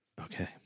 Okay